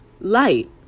Light